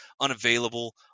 unavailable